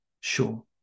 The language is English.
Sure